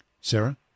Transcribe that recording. Sarah